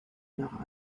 nach